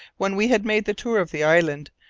when we had made the tour of the island,